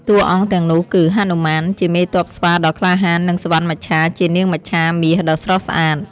តួអង្គទាំងនោះគឺ ហនុមាន ជាមេទ័ពស្វាដ៏ក្លាហាន និង សុវណ្ណមច្ឆា ជានាងមច្ឆាមាសដ៏ស្រស់ស្អាត។